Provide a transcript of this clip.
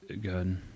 good